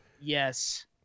Yes